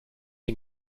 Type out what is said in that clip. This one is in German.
den